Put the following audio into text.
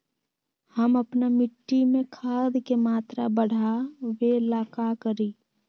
हम अपना मिट्टी में खाद के मात्रा बढ़ा वे ला का करी?